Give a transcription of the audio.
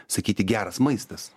sakyti geras maistas